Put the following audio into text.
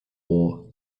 war